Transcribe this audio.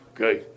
Okay